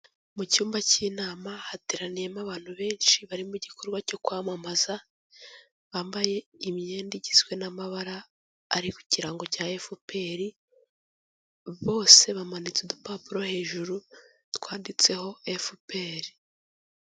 Mu cyumba cy'inama hateraniyemo abantu benshi bari mu gikorwa cyo kwamamaza, bambaye imyenda igizwe n'amabara ari ku kirango cya FPR, bose bamanitse udupapuro hejuru twanditseho FPR.